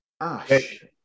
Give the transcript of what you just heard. Ash